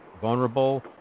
vulnerable